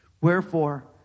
wherefore